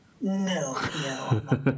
No